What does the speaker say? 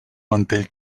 mantell